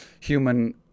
human